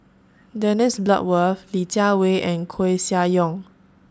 Dennis Bloodworth Li Jiawei and Koeh Sia Yong